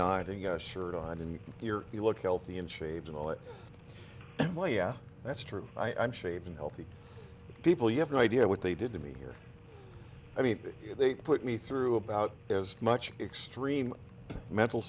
iting a shirt on and your you look healthy and shaved and all that well yeah that's true i'm shaving healthy people you have no idea what they did to me here i mean they put me through about as much extreme mental